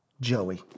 Joey